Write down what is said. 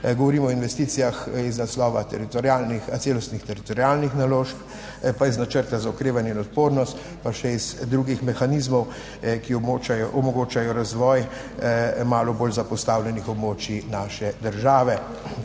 govorimo o investicijah iz naslova teritorialnih, celostnih teritorialnih naložb, pa iz načrta za okrevanje in odpornost, pa še iz drugih mehanizmov, ki omogočajo razvoj malo bolj zapostavljenih območij naše države.